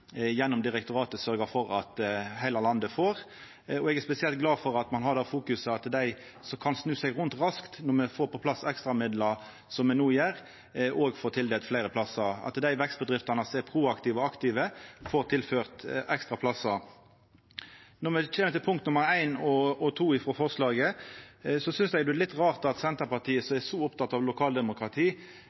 gjennom direktoratet, sørgt for at heile landet får. Eg er spesielt glad for at ein har det fokuset at dei som kan snu seg rundt raskt når me får på plass ekstra midlar, som me no gjer, òg får tildelt fleire plassar, at dei vekstbedriftene som er proaktive og aktive, får tilført ekstra plassar. Når me kjem til punkt nr. 1 og 2 i forslaget, synest eg det er litt rart at Senterpartiet, som er så oppteke av lokaldemokrati,